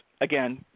again